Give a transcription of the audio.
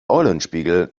eulenspiegel